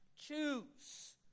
choose